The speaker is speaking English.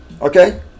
Okay